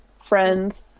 friends